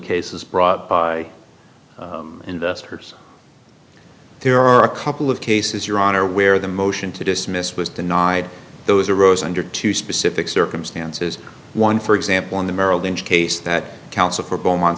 by investors there are a couple of cases your honor where the motion to dismiss was denied those arose under two specific circumstances one for example in the merrill lynch case that counsel for beaumont